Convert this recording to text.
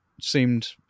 seemed